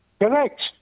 Correct